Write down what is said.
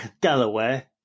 Delaware